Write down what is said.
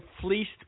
fleeced